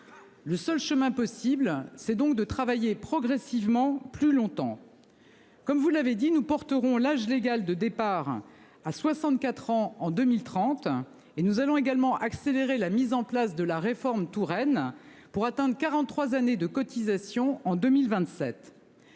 Le seul chemin possible, c'est donc de travailler progressivement plus longtemps. Comme vous l'avez dit, nous porterons l'âge légal de départ à 64 ans en 2030 et nous allons également accélérer la mise en place de la réforme Touraine pour atteindre 43 années de cotisations en 2027.